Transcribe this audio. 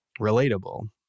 relatable